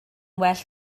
well